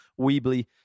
Weebly